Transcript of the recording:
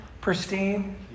Pristine